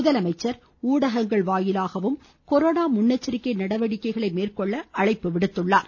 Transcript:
முதலமைச்சர் ஊடகங்கள் வாயிலாகவும் கொரோனா முன்னெச்சரிக்கை நடவடிக்கை மேற்கொள்ள அழைப்பு விடுத்திருக்கிறார்